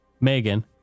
Megan